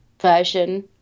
version